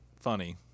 funny